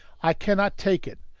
i cannot take it.